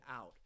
out